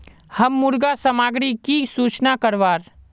हम मुर्गा सामग्री की सूचना करवार?